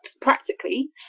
practically